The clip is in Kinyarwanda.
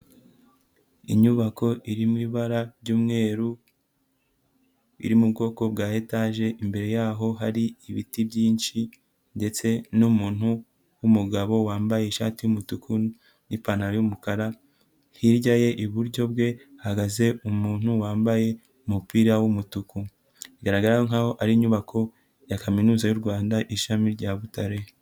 Inyubako irimo ibara ry'umweru, iri mu bwoko bwa etaje imbere y'aho hari ibiti byinshi ndetse n'umuntu w'umugabo wambaye ishati y'umutuku n'ipantaro y'umukara, hirya ye iburyo bwe ahahagaze umuntu wambaye umupira w'umutuku bigaragara nk'aho ari inyubako ya Kaminuza y'u Rwanda ishami rya Butare.